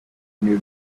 new